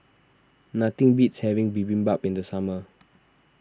nothing beats having Bibimbap in the summer